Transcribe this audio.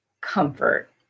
comfort